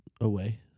away